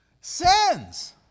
sins